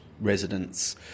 residents